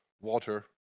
water